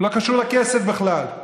שלא קשור לכסף בכלל.